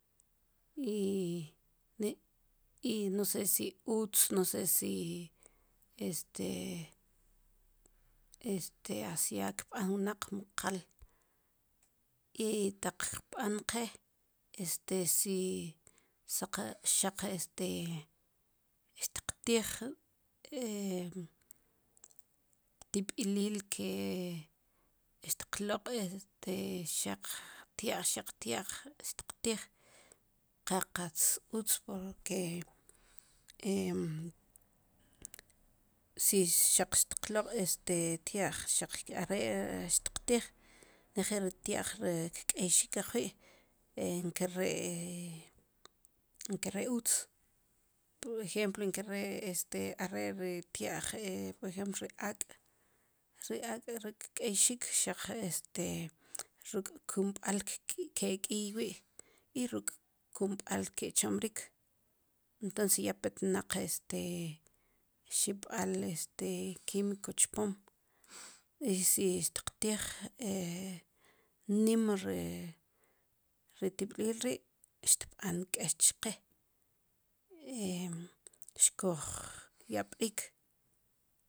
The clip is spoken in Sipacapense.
i no se si utz no se si este este asiad kb'an wnaq mu qal i taq qb'an qe este si saqa xaq este xtiqtij tib'ilil ke xtqloq' este xaq tya'j xaq tya'j xtqtij qa qatz utz como kee si saqsy xtiqlo'q este tia'j are ri xtiqtij nejel ri tia'j ri kk'eyxik ajwi' e inkare' e nkar'e utz por ejempl nkare' este are' ri tia'j e por ejempl ri ak' ri ak' ri kk'eyxik xaq este ruk' kumb'al ke k'iiy wi' i ruk' kumb'al ki chomrik entons ya petnaq xib'al este quimico chpom i si xtiqtij nim re ri tib'lil ri' xtb'an k'ex chqe xkuj yab'rik